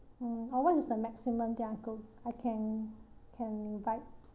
uh what is the maximum that I go I can can invite